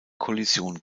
kollision